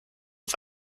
auf